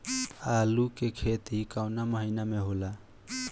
आलू के खेती कवना महीना में होला?